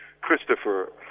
Christopher